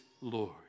Lord